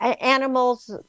animals